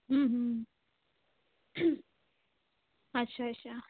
ਅੱਛਾ ਅੱਛਾ